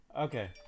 Okay